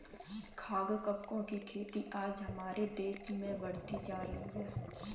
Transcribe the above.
खाद्य कवकों की खेती आज हमारे देश में बढ़ती जा रही है